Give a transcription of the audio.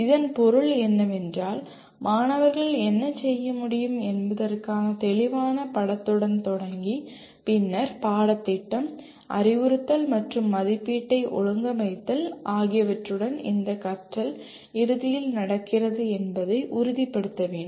இதன் பொருள் என்னவென்றால் மாணவர்கள் என்ன செய்ய முடியும் என்பதற்கான தெளிவான படத்துடன் தொடங்கி பின்னர் பாடத்திட்டம் அறிவுறுத்தல் மற்றும் மதிப்பீட்டை ஒழுங்கமைத்தல் ஆகியவற்றுடன் இந்த கற்றல் இறுதியில் நடக்கிறது என்பதை உறுதிப்படுத்த வேண்டும்